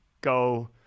go